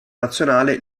nazionale